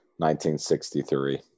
1963